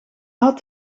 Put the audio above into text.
had